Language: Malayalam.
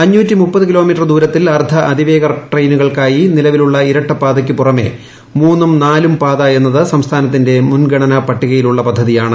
അഞ്ഞൂറ്റി മുപ്പത് കിലോമീറ്റർ ദൂരത്തിൽ അർദ്ധ അതിവേഗ ട്രെയിനുകൾക്കായി നിലവിലുള്ള ഇരട്ട പാതയ്ക്കു പുറമെ മൂന്നും നാലും പാത എന്നത് സംസ്ഥാനത്തിന്റെ മുൻഗണനാ പട്ടികയിലുള്ള പദ്ധതിയാണ്